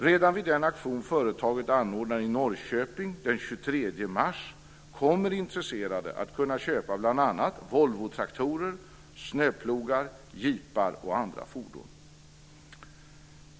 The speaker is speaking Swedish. Redan vid den auktion företaget anordnar i Norrköping den 23 mars kommer intresserade att kunna köpa bl.a. Volvotraktorer, snöplogar, jeepar och andra fordon.